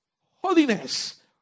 holiness